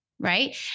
right